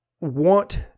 want